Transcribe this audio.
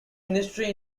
ministry